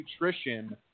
nutrition